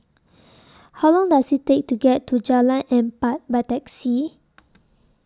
How Long Does IT Take to get to Jalan Empat By Taxi